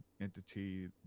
entity